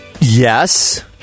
yes